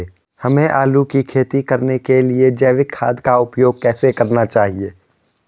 हमें आलू की खेती करने के लिए जैविक खाद का उपयोग कैसे करना चाहिए?